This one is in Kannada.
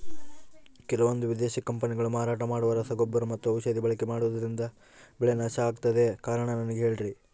ಕೆಲವಂದು ವಿದೇಶಿ ಕಂಪನಿಗಳು ಮಾರಾಟ ಮಾಡುವ ರಸಗೊಬ್ಬರ ಮತ್ತು ಔಷಧಿ ಬಳಕೆ ಮಾಡೋದ್ರಿಂದ ಬೆಳೆ ನಾಶ ಆಗ್ತಾಇದೆ? ಕಾರಣ ನನಗೆ ಹೇಳ್ರಿ?